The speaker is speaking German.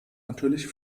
natürlich